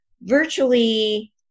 virtually